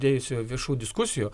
dėjusių viešų diskusijų